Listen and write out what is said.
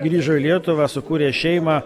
grįžo į lietuvą sukūrė šeimą